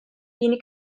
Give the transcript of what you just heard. yeni